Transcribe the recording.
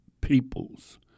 peoples